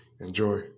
Enjoy